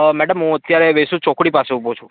madam હું અત્યારે વેસુ ચોકડી પાસે ઊભો છું